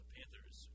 Panthers